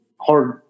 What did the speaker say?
hard